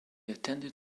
attended